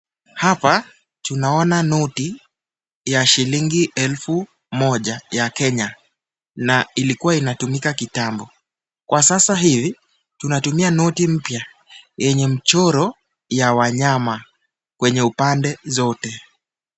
Hapa tunaona noti ya shilingi elfu moja ya Kenya, na ilikuwa inatumika kitambo. Kwa sasa hivi tunatumia noti mpya yenye mchoro ya wanyama kwenye upande zote.